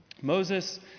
Moses